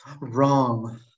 Wrong